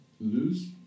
lose